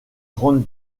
grand